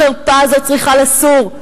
החרפה הזאת צריכה לסור.